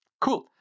Cool